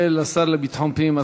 מודה לשר לביטחון הפנים,